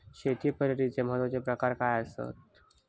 शेती पद्धतीचे महत्वाचे प्रकार खयचे आसत?